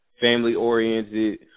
Family-oriented